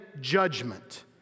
judgment